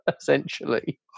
essentially